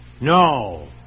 no